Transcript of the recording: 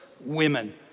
women